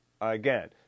Again